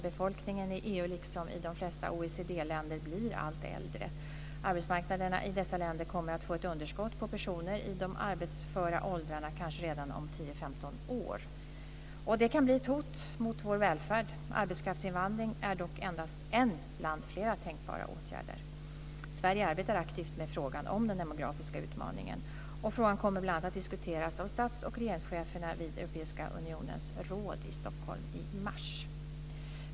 Befolkningen i EU, liksom i de flesta OECD-länder, blir allt äldre. Arbetsmarknaderna i dessa länder kommer att få ett underskott på personer i de arbetsföra åldrarna, kanske redan om 10-15 år. Detta kan bli ett hot mot vår välfärd. Arbetskraftsinvandring är dock endast en bland flera tänkbara åtgärder. Sverige arbetar aktivt med frågan om den demografiska utmaningen. Frågan kommer bl.a. att diskuteras av stats och regeringscheferna vid Europeiska unionens råd i Stockholm i mars.